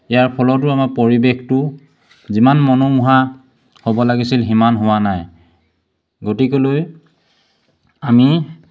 ইয়াৰ ফলতো আমাৰ পৰিৱেশটো যিমান মনোমোহা হ'ব লাগিছিল সিমান হোৱা নাই গতিকেলৈ আমি